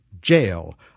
jail